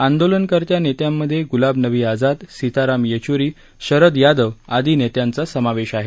आंदोलनकर्त्या नेत्यांमधे गुलाम नबी आझाद सीताराम येचुरी शरद यादव आदी नेत्यांचा समावेश आहे